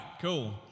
cool